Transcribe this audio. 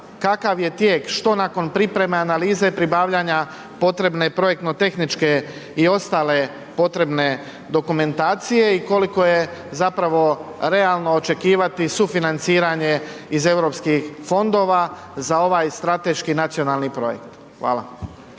kakav je tijek, što nakon pripreme, analize, pribavljanja potrebne projektno-tehničke i ostale potrebne dokumentacije i koliko je zapravo realno očekivati sufinanciranje iz EU fondova za ovaj strateški nacionalni projekt. Hvala.